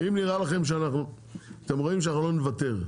אתם רואים שאנחנו לא נוותר.